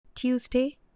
Tuesday